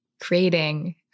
creating